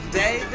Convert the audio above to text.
day